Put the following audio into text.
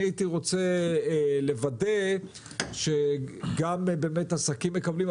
אני הייתי רוצה לוודא שגם עסקים מקבלים,